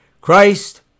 Christ